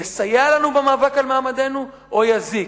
יסייע לנו במאבק על מעמדנו, או יזיק?